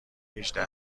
هجده